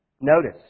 Notice